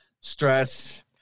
stress